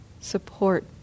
support